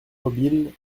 mobile